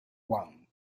one